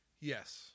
Yes